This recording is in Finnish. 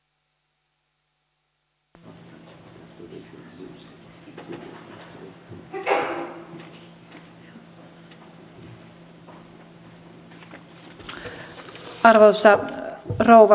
arvoisa rouva puhemies